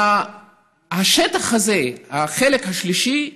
השטח הזה, החלק השלישי,